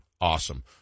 Awesome